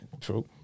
true